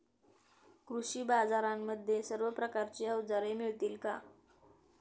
कृषी बाजारांमध्ये सर्व प्रकारची अवजारे मिळतील का?